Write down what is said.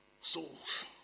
Souls